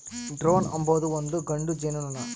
drone ಅಂಬೊದು ಒಂದು ಗಂಡು ಜೇನುನೊಣ